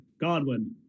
Godwin